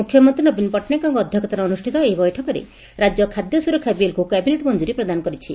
ମୁଖ୍ୟମନ୍ତୀ ନବୀନ ପଟ୍ଟନାୟକଙ୍କ ଅଧକ୍ଷତାରେ ଅନୁଷ୍ଟିତ ଏହି ବୈଠକରେ ରାକ୍ୟ ଖାଦ୍ୟ ସୁରକ୍ଷା ବିଲ୍କୁ କ୍ୟାବିନେଟ୍ ମଞ୍ଞୁରୀ ପ୍ରଦାନ କରିଛି